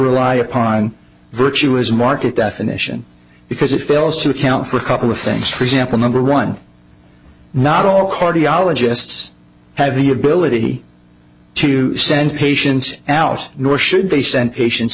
rely upon virtue is market definition because it fails to account for a couple of things for example number one not all cardiologists have the ability to send patients out nor should they send patients